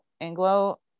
anglo